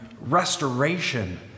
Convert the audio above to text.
restoration